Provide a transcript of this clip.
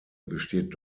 besteht